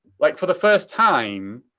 like for the first time,